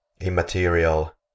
immaterial